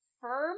firm